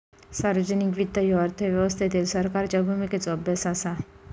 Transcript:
सार्वजनिक वित्त ह्यो अर्थव्यवस्थेतील सरकारच्या भूमिकेचो अभ्यास असा